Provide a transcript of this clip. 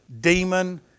demon